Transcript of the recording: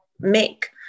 make